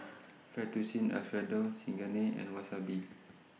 Fettuccine Alfredo Chigenabe and Wasabi